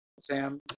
Sam